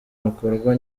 rukorwa